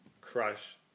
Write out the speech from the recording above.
Crush